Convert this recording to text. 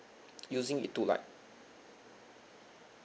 using it to like